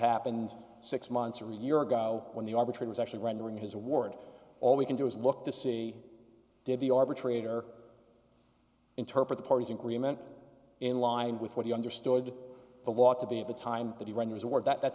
happened six months or a year ago when the arbitrator is actually rendering his award all we can do is look to see did the arbitrator interpret the party's agreement in line with what he understood the law to be at the time that he renders a word that that